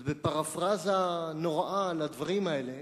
בפרפראזה נוראה על הדברים האלה